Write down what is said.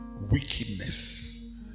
wickedness